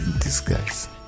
disguise